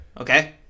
Okay